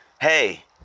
hey